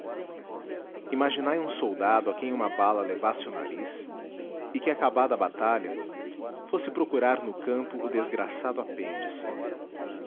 imaginai um soldado a quem uma bala levasse o nariz e que acabada a batalha fosse procurar no campo o desgraçado apêndice